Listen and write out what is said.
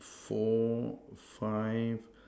four five